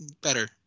better